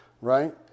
Right